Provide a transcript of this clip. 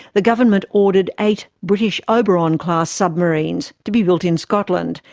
the government ordered eight british oberon class submarines, to be built in scotland,